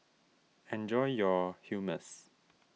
enjoy your Hummus